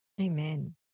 Amen